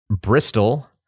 Bristol